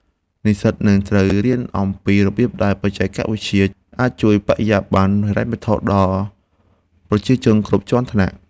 និស្សិតនឹងត្រូវរៀនអំពីរបៀបដែលបច្ចេកវិទ្យាអាចជួយបង្កើនបរិយាបន្នហិរញ្ញវត្ថុដល់ប្រជាជនគ្រប់ជាន់ថ្នាក់។